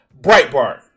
Breitbart